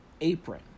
apron